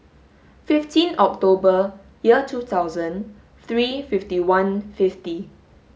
fifteen October year two thousand three fifty one fifty